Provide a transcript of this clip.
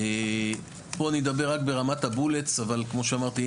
פה אני אדבר רק ברמת הכללית וכמו שאמרתי,